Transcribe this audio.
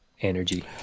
energy